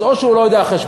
אז או שהוא לא יודע חשבון,